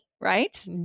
Right